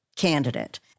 candidate